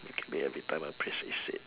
you get paid every time a phrase is said